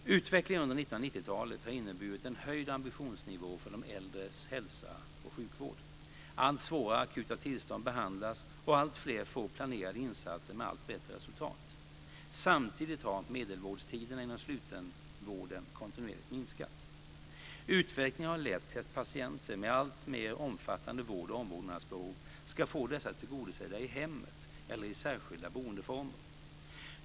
Utvecklingen under 1990-talet har inneburit en höjd ambitionsnivå för de äldres hälso och sjukvård. Allt svårare akuta tillstånd behandlas, och alltfler får planerade insatser med allt bättre resultat. Samtidigt har medelvårdtiderna inom slutenvården kontinuerligt minskat. Utvecklingen har lett till att patienter med alltmer omfattande vård och omvårdnadsbehov ska få dessa tillgodosedda i hemmet eller i särskilda boendeformer.